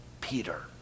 Peter